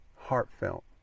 heartfelt